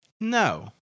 No